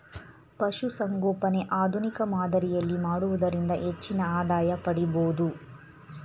ಪಶುಸಂಗೋಪನೆ ಆಧುನಿಕ ಮಾದರಿಯಲ್ಲಿ ಮಾಡುವುದರಿಂದ ಹೆಚ್ಚಿನ ಆದಾಯ ಪಡಿಬೋದು